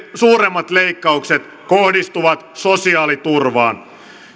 suuremmat leikkaukset kohdistuvat sosiaaliturvaan